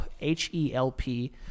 H-E-L-P